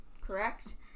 Correct